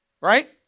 Right